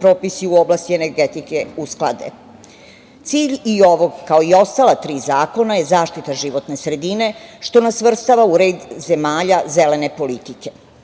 propisi u oblasti energetike usklade. Cilj i ovog, kao i ostala tri zakona je zaštita životne sredine, što nas svrstava u red zemalja zelene politike. Svi